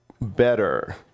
better